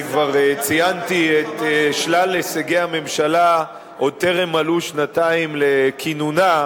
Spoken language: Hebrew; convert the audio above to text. אני כבר ציינתי את שלל הישגי הממשלה עוד טרם מלאו שנתיים לכינונה,